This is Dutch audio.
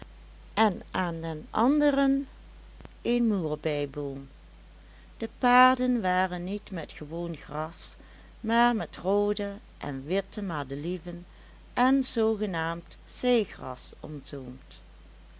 en aan den anderen een moerbeiboom de paden waren niet met gewoon gras maar met roode en witte madelieven en z g zeegras omzoomd